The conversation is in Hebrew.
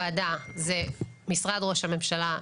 משרד ראש הממשלה,